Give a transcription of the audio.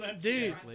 dude